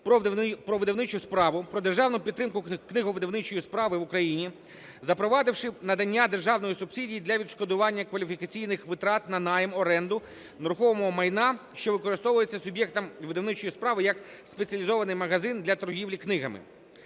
"Про видавничу справу", "Про державну підтримку книговидавничої справи в Україні", запровадивши надання державної субсидії для відшкодування кваліфікаційних витрат на найм, оренду нерухомого майна, що використовується суб'єктом видавничої справи як спеціалізований магазин для торгівлі книгами.